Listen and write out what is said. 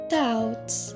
doubts